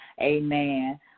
Amen